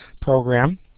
program